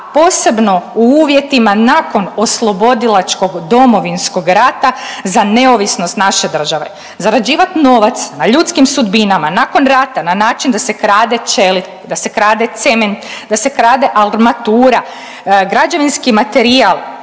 posebno u uvjetima nakon oslobodilačkog Domovinskog rata za neovisnost naše države. Zarađivati novac na ljudskim sudbinama nakon rata na način da se krade čelik, da se krade cement, da se krade armatura, građevinski materijal